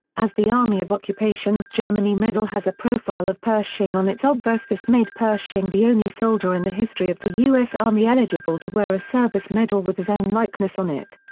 as the army of occupation of germany medal has a profile of pershing on its obverse this made pershing the only soldier in the history of the u s. army eligible to wear a service medal with his own likeness on it.